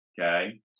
Okay